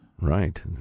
Right